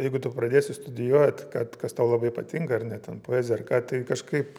jeigu tu pradėsi studijuot kad kas tau labai patinka ar ne ten poezija ar ką tai kažkaip